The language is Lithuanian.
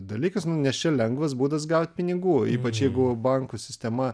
dalykas nes čia lengvas būdas gaut pinigų ypač jeigu bankų sistema